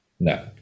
No